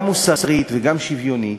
גם מוסרית וגם שוויונית,